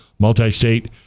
multi-state